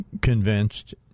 convinced